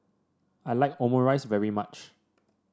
I like Omurice very much